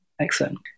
Excellent